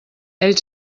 ell